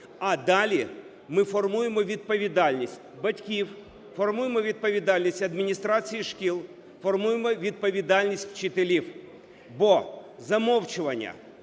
а далі ми формуємо відповідальність батьків, формуємо відповідальність адміністрації шкіл, формуємо відповідальність вчителів, бо замовчування